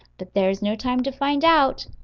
but there is no time to find out.